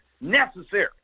necessary